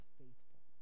faithful